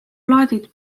plaadid